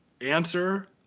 answer